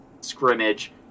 scrimmage